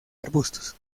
arbustos